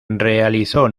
realizó